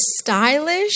stylish